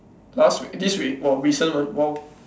last week this week !wow! recent one !wow!